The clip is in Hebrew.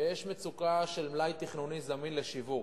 שיש מצוקה של מלאי תכנוני זמין לשיווק,